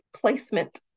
placement